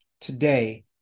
today